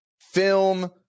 film